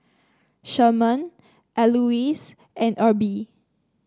Sherman Elouise and Erby